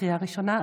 לקריאה ראשונה.